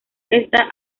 esta